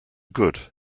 good